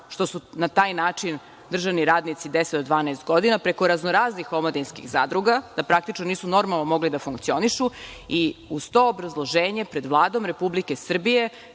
što su na taj način držani radnici deset do dvanaest godina, preko raznoraznih omladinskih zadruga, da praktično nisu normalno mogli da funkcionišu i uz to obrazloženje pred Vladom Republike Srbije,